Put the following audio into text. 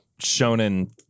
Shonen